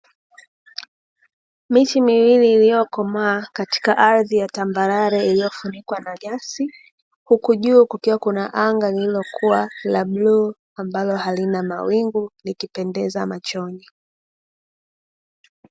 Miti miwili iliyokomaa katika ardhi ya tambarare iliyofunikwa na nyasi hukujua kukiwa kuna anga lililokuwa la blue ambalo halina mawingu likipendeza machoni.